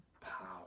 power